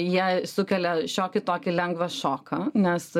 jie sukelia šiokį tokį lengvą šoką nes